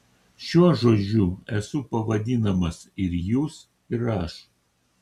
šiuo žodžiu esu pavadinamas ir jūs ir aš